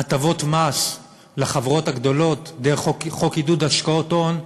הטבות מס לחברות הגדולות דרך החוק לעידוד השקעות הון,